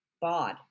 bod